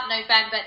November